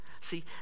See